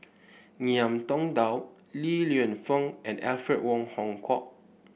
Ngiam Tong Dow Li Lienfung and Alfred Wong Hong Kwok